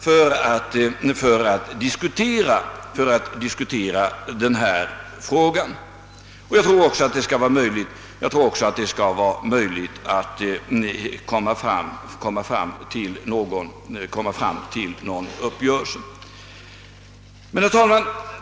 Jag tror också att det skall vara möjligt att komma fram till en uppgörelse. Herr talman!